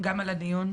גם על הדיון,